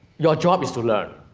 your job is to learn.